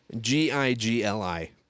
G-I-G-L-I